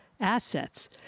assets